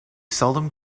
seldom